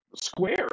square